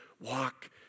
walk